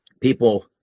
people